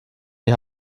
die